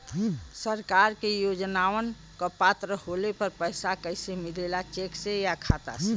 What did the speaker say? सरकार के योजनावन क पात्र होले पर पैसा कइसे मिले ला चेक से या खाता मे?